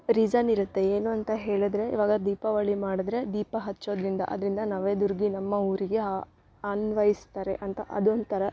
reason ಇರುತ್ತೆ ಏನು ಅಂತ ಹೇಳಿದ್ರೆ ಇವಾಗ ದೀಪಾವಳಿ ಮಾಡಿದರೆ ದೀಪ ಹಚ್ಚೋದ್ರಿಂದ ಅದ್ರಿಂದ ನವದುರ್ಗಿ ನಮ್ಮ ಊರಿಗೆ ಅನ್ವಯಿಸ್ತಾರೆ ಅಂತ ಅದೊಂಥರ